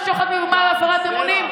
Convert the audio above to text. לא היית אומר "שוחד, מרמה והפרת אמונים"?